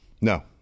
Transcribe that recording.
No